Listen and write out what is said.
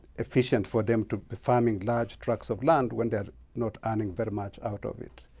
efficient for them to be farming large tracts of land when they're not earning very much out of it.